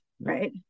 right